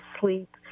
sleep